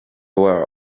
were